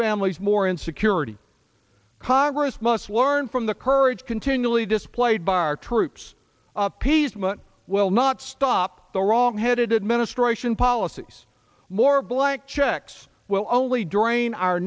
families more insecurity congress must learn from the courage continually displayed by our troops appeasement will not stop the wrongheaded administration policies more blank checks will only during our